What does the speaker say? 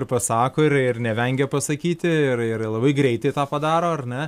ir pasako ir ir nevengia pasakyti ir ir labai greitai tą padaro ar ne